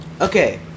Okay